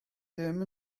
ddim